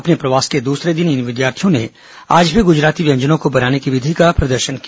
अपने प्रवास के दूसरे दिन इन विद्यार्थियों ने आज भी गुजराती व्यंजनों को बनाने की विधि का प्रदर्शन किया